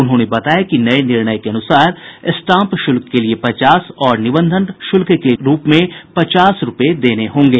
उन्होंने बताया कि नये निर्णय के अनुसार स्टांप शुल्क के लिए पचास और निबंधन शुल्क के रूप में पचास रूपये देने होंगे